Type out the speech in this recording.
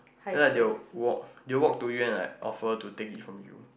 then like they will walk they walk to you and like offer to take it from you